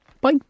Bye